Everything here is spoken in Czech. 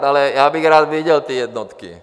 Ale já bych rád viděl ty jednotky!